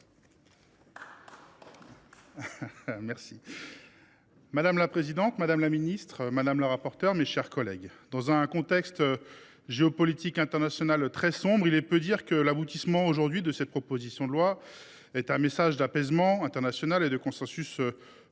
Madame la présidente, madame la ministre, mes chers collègues, dans un contexte géopolitique international très sombre, il est peu de dire que l’aboutissement aujourd’hui de cette proposition de loi est un message bienvenu d’apaisement international et de consensus parlementaire.